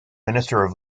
minister